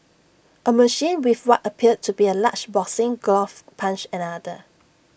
A machine with what appeared to be A large boxing glove punched another